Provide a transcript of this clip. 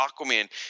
Aquaman